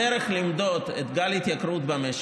הדרך למדוד את גל ההתייקרות במשק,